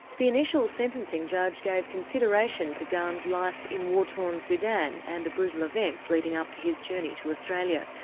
the initial sentencing judge gave consideration to gany's life in war-torn sudan and the brutal events leading up to his journey to australia.